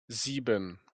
sieben